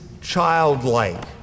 childlike